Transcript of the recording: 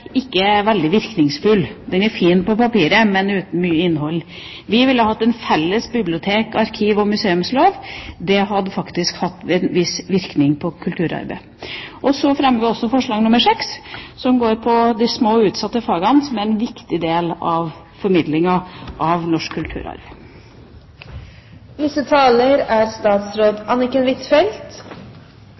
ikke er veldig virkningsfull. Den er fin på papiret, men uten mye innhold. Vi ville hatt en felles bibliotek-, arkiv- og museumslov. Det hadde faktisk hatt en viss virkning på kulturarbeidet. Så fremmer vi også forslag nr. 6, som går på de små og utsatte fagene, som er en viktig del av formidlingen av norsk